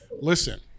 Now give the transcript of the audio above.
listen